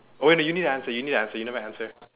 oh wait you need to answer you need to answer you never answer